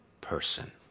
person